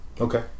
Okay